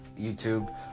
YouTube